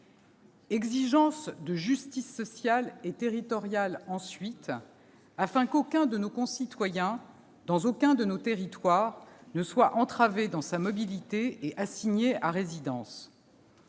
exigence de justice sociale et territoriale, ensuite, afin qu'aucun de nos concitoyens, dans aucun de nos territoires, ne soit entravé dans sa mobilité et assigné à résidence